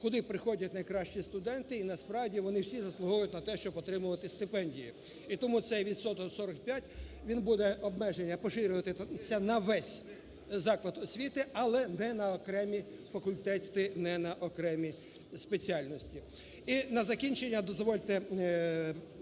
куди приходять найкращі студенти, і насправді вони всі заслуговують на те, щоб отримувати стипендії. І тому цей відсоток 45, він буде, обмеження поширюватися на весь заклад освіти, але не на окремі факультети, не на окремі спеціальності. І на закінчення дозвольте